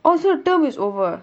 oh so term is over